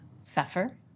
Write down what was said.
suffer